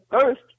first